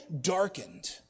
darkened